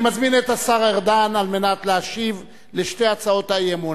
אני מזמין את השר ארדן על מנת להשיב על שתי הצעות האי-אמון,